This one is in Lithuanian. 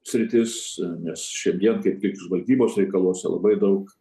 sritis nes šiandien kaip tik žvalgybos reikaluose labai daug